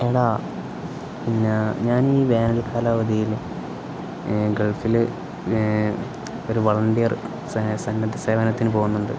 എടാ പിന്നെ ഞാനീ വേനൽ കാലാവധിയില് ഗൾഫില് ഒരു വളണ്ടിയർ സന്നദ്ധ സേവനത്തിനു പോകുന്നുണ്ട്